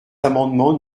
amendements